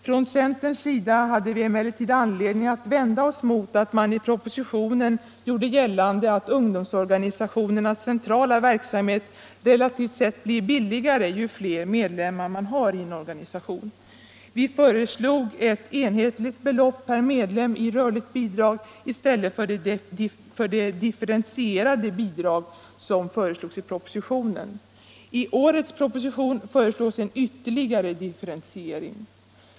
Från centerns sida hade vi emellertid anledning att vända oss mot att man i propositionen gjorde gällande att ungdomsorganisationernas centrala verksamhet relativt sett blir billigare ju fler medlemmar man har i en organisation. Vi föreslog ett enhetligt belopp per medlem i rörligt bidrag i stället för det differentierade bidrag som förordades i propositionen. I årets proposition föreslås en ytterligare differentiering.